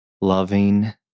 loving